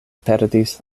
perdis